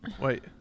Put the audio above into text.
Wait